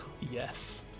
Yes